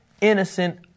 innocent